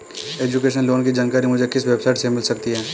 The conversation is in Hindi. एजुकेशन लोंन की जानकारी मुझे किस वेबसाइट से मिल सकती है?